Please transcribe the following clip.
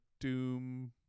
doom